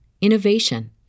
innovation